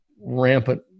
rampant